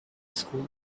school